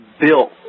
built